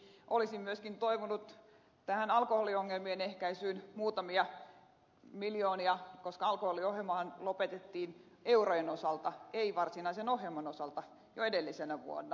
olisin myöskin toivonut tähän alkoholiongelmien ehkäisyyn muutamia miljoonia koska alkoholiohjelmahan lopetettiin eurojen osalta ei varsinaisen ohjelman osalta jo edellisenä vuonna